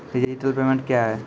Digital payment क्या हैं?